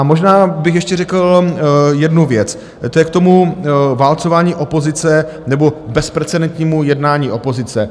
Možná bych ještě jednu věc, to je k tomu válcování opozice nebo bezprecedentnímu jednání opozice.